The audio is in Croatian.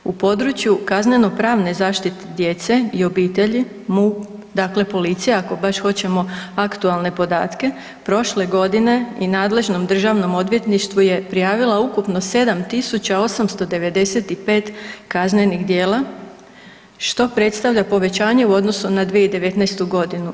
U području kazneno pravne zaštite djece i obitelji MUP, dakle policija ako baš hoćemo aktualne podatke, prošle godine i nadležnom državnom odvjetništvu je prijavila ukupno 7895 kaznenih djela, što predstavlja povećanje u odnosu na 2019.g.